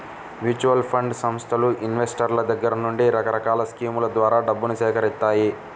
mutual fund సంస్థలు ఇన్వెస్టర్ల దగ్గర నుండి రకరకాల స్కీముల ద్వారా డబ్బును సేకరిత్తాయి